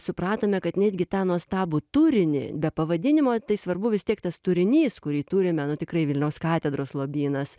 supratome kad netgi tą nuostabų turinį be pavadinimo tai svarbu vis tiek tas turinys kurį turime tikrai vilniaus katedros lobynas